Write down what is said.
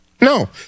No